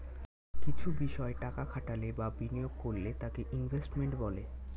কিছু বিষয় টাকা খাটালে বা বিনিয়োগ করলে তাকে ইনভেস্টমেন্ট বলে